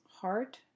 heart